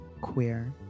Queer